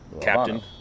Captain